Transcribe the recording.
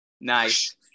Nice